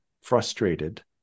frustrated